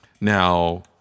Now